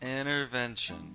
intervention